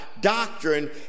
doctrine